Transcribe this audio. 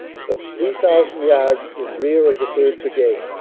some three thousand yards in rear of the third. brigade.